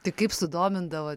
tai kaip sudomindavo